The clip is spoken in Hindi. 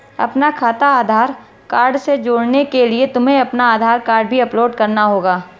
अपना खाता आधार कार्ड से जोड़ने के लिए तुम्हें अपना आधार कार्ड भी अपलोड करना होगा